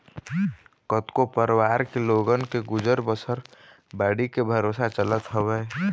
कतको परवार के लोगन के गुजर बसर बाड़ी के भरोसा चलत हवय